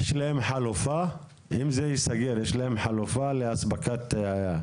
מישהו מאיגוד ערים רוצה להוסיף משהו על הדברים של ניר?